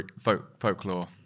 folklore